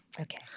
Okay